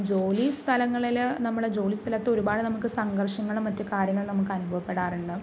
ജോലി സ്ഥലങ്ങളില് നമ്മള് ജോലി സ്ഥലത്ത് ഒരുപാട് നമുക്ക് സംഘര്ഷങ്ങളും മറ്റ് കാര്യങ്ങളും നമുക്ക് അനുഭവപ്പെടാറുണ്ട്